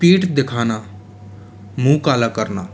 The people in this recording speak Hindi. पीठ दिखाना मुँह काला करना